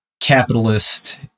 capitalist